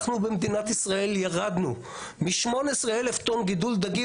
אנחנו במדינת ישראל ירדנו מ-18,000 טון גידול דגים